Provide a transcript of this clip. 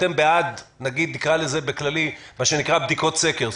אתם בעד נגיד נקרא לזה בכללי: בדיקות סקר,